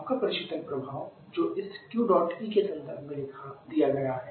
आपका प्रशीतन प्रभाव जो इस Qdot E के संदर्भ में दिया गया है